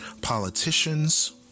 Politicians